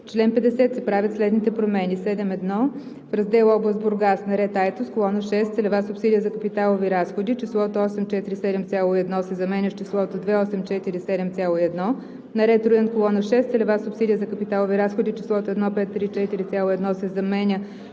чл. 50 се правят следните промени: 7.1. В раздел „област Бургас“: - на ред Айтос, колона 6 – Целева субсидия за капиталови разходи, числото „847,1“ се заменя с числото „2 847, 1“; - на ред Руен, колона 6 – Целева субсидия за капиталови разходи, числото „1 534, 1“ се заменя